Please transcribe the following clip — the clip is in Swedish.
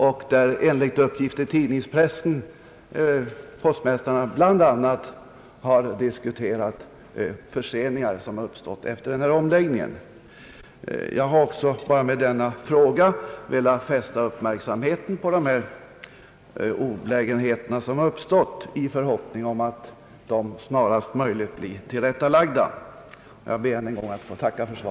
Där diskuterade postmästarna enligt uppgifter i pressen bl.a. de förseningar som uppstått efter omläggningen. Jag har med min fråga velat fästa uppmärksamheten på de olägenheter som uppstått och hoppas att de så snart som möjligt skall bli tillrättalagda.